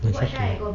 yang satu